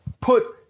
put